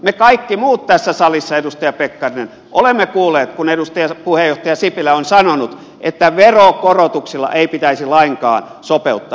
me kaikki muut tässä salissa edustaja pekkarinen olemme kuulleet kun puheenjohtaja sipilä on sanonut että veronkorotuksilla ei pitäisi lainkaan sopeuttaa